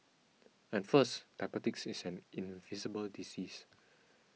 at first diabetes is an invisible disease